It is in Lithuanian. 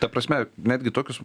ta prasme netgi tokius